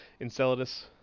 enceladus